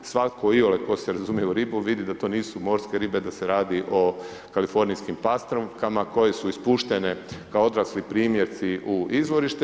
Svatko iole tko se razumije u ribu vidi da to nisu morske ribe, da se radi o kalifornijskim pastrvkama koje su ispuštene kao odrasli primjerci u izvorište.